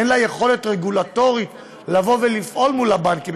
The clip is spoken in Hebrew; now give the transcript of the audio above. אין לה יכולת רגולטורית לבוא ולפעול מול הבנקים,